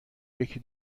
یکی